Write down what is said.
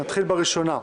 נתחיל בראשון: